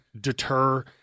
deter